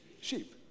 Sheep